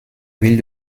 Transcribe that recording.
ville